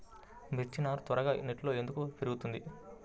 మిర్చి నారు త్వరగా నెట్లో ఎందుకు పెరుగుతుంది?